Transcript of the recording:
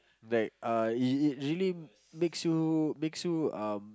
like uh it really makes you makes you um